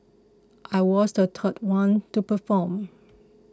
I was the third one to perform